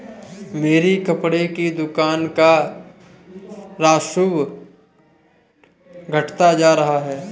मेरी कपड़े की दुकान का राजस्व घटता जा रहा है